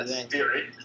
theory